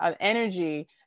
energy